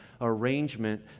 arrangement